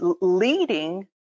leading